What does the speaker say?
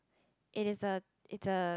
it is a it's a